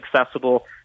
accessible